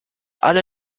alle